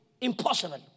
Impossible